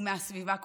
ומהסביבה כולה.